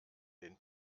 den